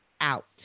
out